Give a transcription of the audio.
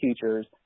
teachers